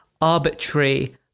arbitrary